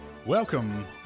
Welcome